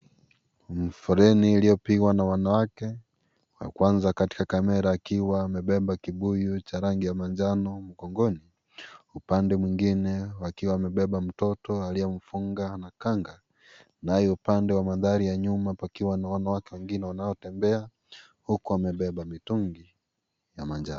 Ni foleni iliyopigwa na wanawake wa kwanza katika Kamera akiwa amebeba kibuyu cha rangi ya manjano mgongoni upande mwingine ukiwa umebeba mtoto aliyefunga na kanga nayo upande wa mandhari ya nyuma pakiwa na wanawake wengine wanaotembea huku wamebeba mitungi ya manjano.